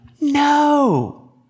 no